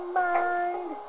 mind